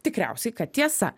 tikriausiai kad tiesa